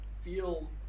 feel